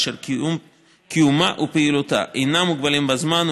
אשר קיומה ופעילותה אינם מוגבלים בזמן היא